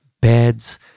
beds